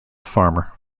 farmer